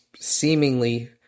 seemingly